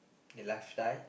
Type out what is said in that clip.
the lifestyle